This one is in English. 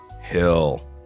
Hill